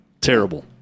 Terrible